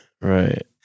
Right